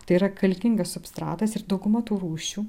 tai yra kalkingas substratas ir dauguma tų rūšių